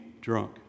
drunk